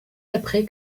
après